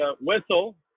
whistle